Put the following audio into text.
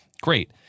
great